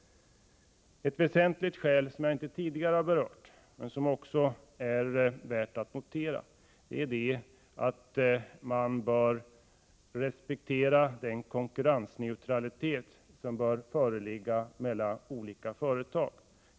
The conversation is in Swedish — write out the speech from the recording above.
Ett väsentligt skäl. som jag inte tidigare har berört men som också är värt att notera, är att man bör respektera den konkurrensneutralitet som bör föreligga mellan olika företag.